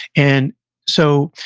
and so,